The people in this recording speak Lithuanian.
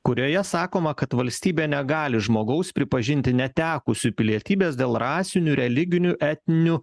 kurioje sakoma kad valstybė negali žmogaus pripažinti netekusiu pilietybės dėl rasinių religinių etninių